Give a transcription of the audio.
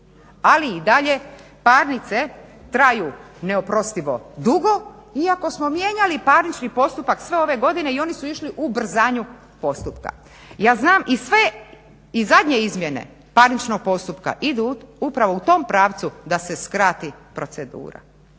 ali i dalje parnice traju neoprostivo dugo iako smo mijenjali parnični postupak sve ove godine i oni su išli u ubrzanju postupka. Ja znam i zadnje izmjene parničnog postupka idu upravo u tom pravcu da se skrati procedura.